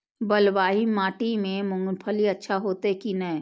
बलवाही माटी में मूंगफली अच्छा होते की ने?